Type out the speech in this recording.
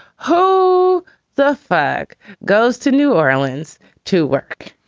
who the fuck goes to new orleans to work?